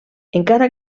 encara